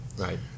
Right